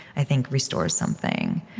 i think, restores something